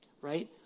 right